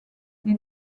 les